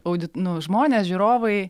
audit nu žmonės žiūrovai